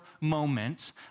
Moment